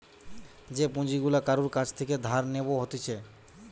যে পুঁজি গুলা কারুর কাছ থেকে ধার নেব হতিছে